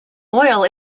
oil